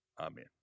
Amen